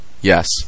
Yes